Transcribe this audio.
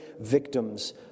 victims